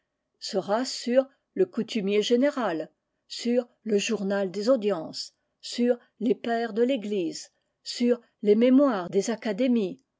sera ce sur le coutumier général sur le journal des audiences sur les pères de l'église sur les mémoires des académies